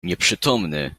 nieprzytomny